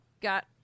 got